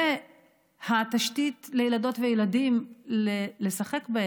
והתשתית לילדות וילדים למשחק.